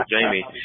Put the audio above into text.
Jamie